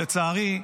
לצערי,